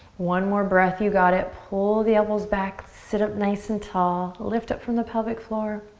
one more breath, you got it. pull the elbows back. sit up nice and tall. lift up from the pelvic floor.